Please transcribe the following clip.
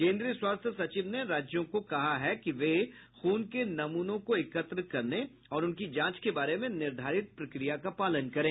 केन्द्रीय स्वास्थ्य सचिव ने राज्यों को कहा है कि वे खून के नमूनों को एकत्र करने और उनकी जांच के बारे में निर्धारित प्रक्रिया का पालन करें